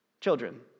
Children